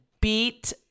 beat